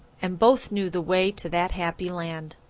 and both knew the way to that happy land.